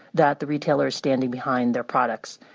that the retailer is standing behind their products,